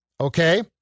okay